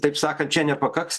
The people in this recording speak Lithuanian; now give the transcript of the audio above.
taip sakant čia nepakaks